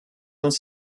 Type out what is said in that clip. uns